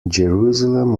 jerusalem